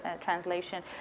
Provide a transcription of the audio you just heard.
translation